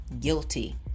guilty